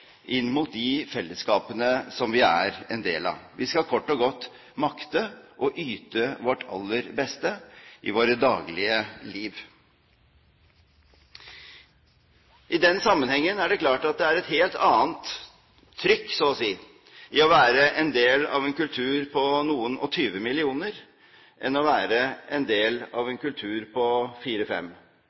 inn mot de fellesskapene som vi er en del av. Vi skal kort og godt makte å yte vårt aller beste i vårt dagligliv. I den sammenheng er det klart at det er et helt annet trykk, så å si, å være en del av en kultur på noe over 20 millioner mennesker enn å være en del av en kultur på